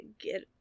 get